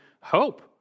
hope